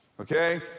Okay